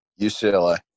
UCLA